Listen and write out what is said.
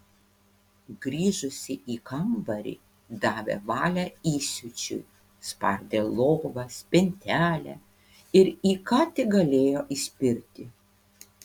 grįžusi į kambarį davė valią įsiūčiui spardė lovą spintelę ir į ką tik galėjo įspirti